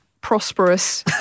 prosperous